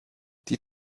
die